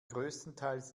größtenteils